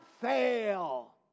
fail